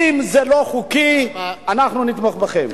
אם זה לא חוקי, אנחנו נתמוך בכם.